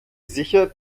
sicher